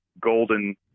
golden